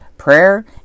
prayer